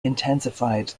intensified